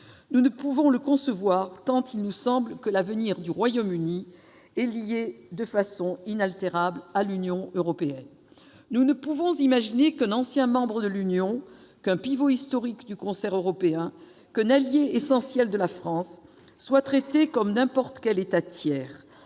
Nous ne pouvons concevoir cette issue, tant il nous semble que l'avenir du Royaume-Uni est lié de façon inaltérable à l'Union européenne. Nous ne pouvons imaginer qu'un ancien membre de l'Union, un pivot historique du concert européen, un allié essentiel de la France soit traité comme n'importe quel État tiers